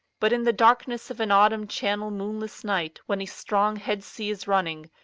but in the darkness of an autumn channel moonless night, when a strong head sea is running,